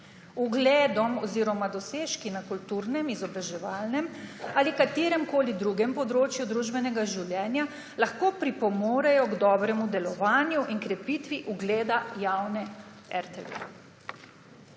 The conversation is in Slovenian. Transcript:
ugledom oziroma dosežki na kulturnem, izobraževalnem ali kateremkoli drugem področju družbenega življenja lahko pripomorejo k dobremu delovanju in krepitvi ugleda javne RTV.«